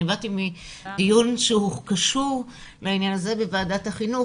באתי מדיון שהוא קשור לעניין הזה בוועדת החינוך,